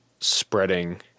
spreading